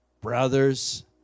brothers